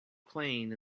playing